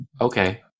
Okay